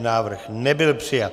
Návrh nebyl přijat.